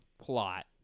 plot